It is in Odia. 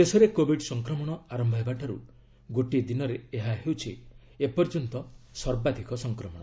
ଦେଶରେ କୋବିଡ ସଂକ୍ମଣ ଆରମ୍ଭ ହେବାଠାର୍ଚ ଗୋଟିଏ ଦିନରେ ଏହା ହେଉଛି ଏପର୍ଯ୍ୟନ୍ତ ସର୍ବାଧିକ ସଂକ୍ରମଣ